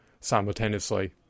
simultaneously